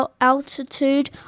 altitude